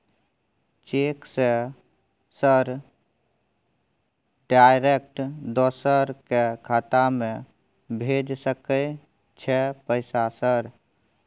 Cheque से sir direct दूसरा के खाता में भेज सके छै पैसा सर?